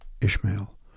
Ishmael